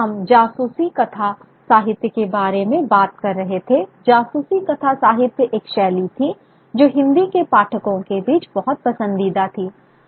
तो हम जासूसी कथा साहित्य के बारे में बात कर रहे थे जासूसी कथा साहित्य एक शैली थी जो हिंदी के पाठकों के बीच बहुत पसंदीदा थी